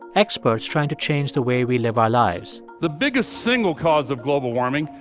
experts trying to change the way we live our lives the biggest single cause of global warming,